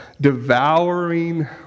Devouring